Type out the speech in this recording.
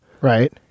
Right